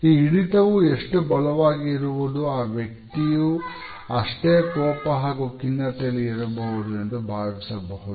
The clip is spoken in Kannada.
ಈ ಹಿಡಿತವೂ ಎಷ್ಟು ಬಲವಾಗಿ ಇರುವುದು ಆ ವ್ಯಕ್ತಿಯು ಅಷ್ಟೇ ಕೋಪ ಹಾಗೂ ಖಿನ್ನತೆಯಲ್ಲಿ ಇರಬಹುದು ಎಂದು ಭಾವಿಸಬಹುದು